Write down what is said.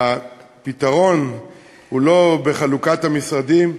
והפתרון הוא לא בחלוקת המשרדים,